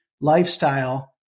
lifestyle